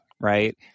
Right